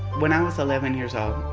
when i was eleven years old,